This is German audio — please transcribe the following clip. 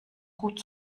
gut